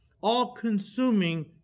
all-consuming